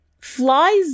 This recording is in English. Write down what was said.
flies